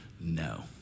no